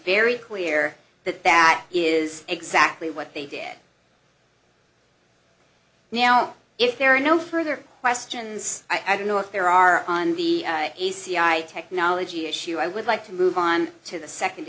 very clear that that is exactly what they did now if there are no further questions i don't know if there are on the a c i technology issue i would like to move on to the second